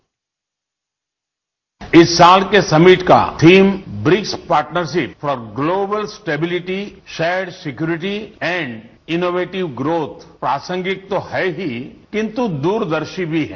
bite इस साल के समिट का theme BRICS partnership for global stability shared security and innovative growth प्रासंगिक तो है ही किन्तु दूरदर्शी भी है